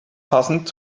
passend